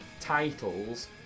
titles